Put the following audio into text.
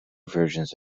versions